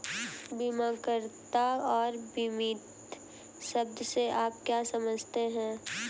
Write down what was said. बीमाकर्ता और बीमित शब्द से आप क्या समझते हैं?